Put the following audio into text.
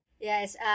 Yes